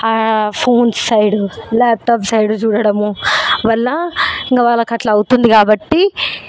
ఆ phones side laptops side చూడడము వల్ల ఇంక వాళ్ళకి అట్లా అవుతుంది కాబట్టి